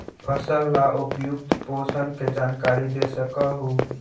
फसल ला उपयुक्त पोषण के जानकारी दे सक हु?